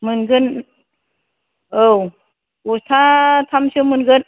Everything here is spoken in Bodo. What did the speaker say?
मोनगोन औ बस्थाथामसो मोनगोन